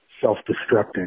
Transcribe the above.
self-destructing